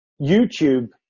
youtube